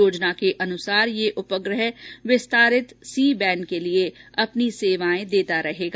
योजना के अनुसार यह उपग्रह विस्तारित सीबैणड के लिए अपनी सेवाएं देता रहेगा